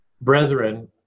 brethren